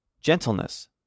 gentleness